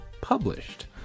published